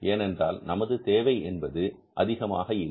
ஏனென்றால் நமது தேவை என்பது அதிகமாக இல்லை